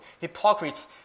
Hypocrites